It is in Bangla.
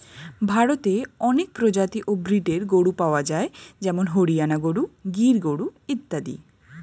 ভারতে অনেক প্রজাতি ও ব্রীডের গরু পাওয়া যায় যেমন হরিয়ানা গরু, গির গরু ইত্যাদি